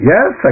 Yes